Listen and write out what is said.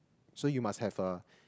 so you must have a